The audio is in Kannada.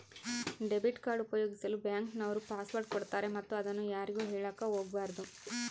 ಡೆಬಿಟ್ ಕಾರ್ಡ್ ಉಪಯೋಗಿಸಲು ಬ್ಯಾಂಕ್ ನವರು ಪಾಸ್ವರ್ಡ್ ಕೊಡ್ತಾರೆ ಮತ್ತು ಅದನ್ನು ಯಾರಿಗೂ ಹೇಳಕ ಒಗಬಾರದು